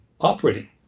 operating